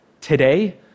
Today